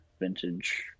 vintage